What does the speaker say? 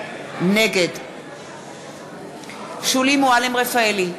נגד שולי מועלם-רפאלי,